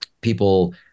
People